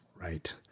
Right